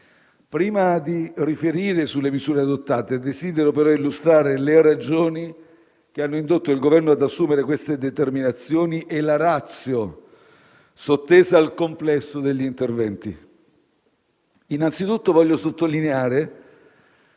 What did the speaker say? Prima di riferire sulle misure adottate desidero però illustrare le ragioni che hanno indotto il Governo ad assumere queste determinazioni e la *ratio* sottesa al complesso degli interventi. Innanzi tutto, voglio sottolineare